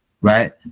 Right